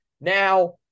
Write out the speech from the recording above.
Now